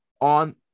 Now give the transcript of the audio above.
on